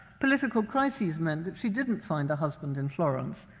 political crises meant that she didn't find a husband in florence,